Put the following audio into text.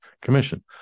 Commission